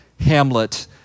Hamlet